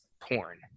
porn